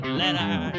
letter